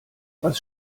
was